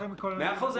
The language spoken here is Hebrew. מאה אחוז,